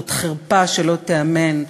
זו חרפה שלא תיאמן,